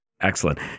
Excellent